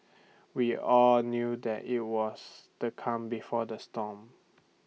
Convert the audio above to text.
we all knew that IT was the calm before the storm